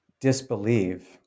disbelieve